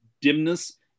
dimness